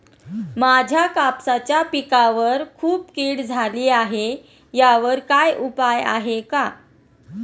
माझ्या कापसाच्या पिकावर खूप कीड झाली आहे यावर काय उपाय आहे का?